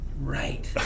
Right